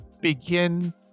begin